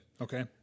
Okay